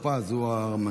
משה טור פז הוא המציע.